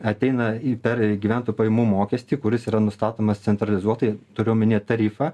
ateina į per gyventojų pajamų mokestį kuris yra nustatomas centralizuotai turiu omenyje tarifą